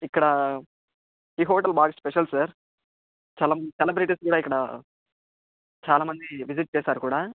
ఇక్కడా ఈ హోటల్ బాగా స్పెషల్ సార్ చాలా సెలబ్రిటీస్ కూడా ఇక్కడా చాలా మంది విజిట్ చేశారు కూడా